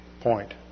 point